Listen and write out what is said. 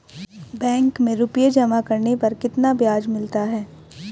Bank में रुपये जमा करने पर कितना ब्याज मिलता है?